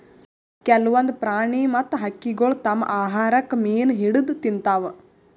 ಕೆಲ್ವನ್ದ್ ಪ್ರಾಣಿ ಮತ್ತ್ ಹಕ್ಕಿಗೊಳ್ ತಮ್ಮ್ ಆಹಾರಕ್ಕ್ ಮೀನ್ ಹಿಡದ್ದ್ ತಿಂತಾವ್